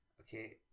Okay